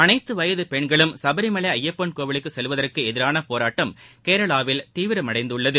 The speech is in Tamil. அனைத்து வயது பென்களும் சபரிமலை ஐயப்பன் கோவிலுக்கு செல்வதற்கு எதிரான போராட்டம் கேரளாவில் தீவிரமடைந்துள்ளது